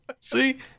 See